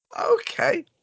Okay